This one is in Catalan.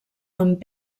amb